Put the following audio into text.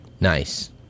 Nice